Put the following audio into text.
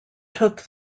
took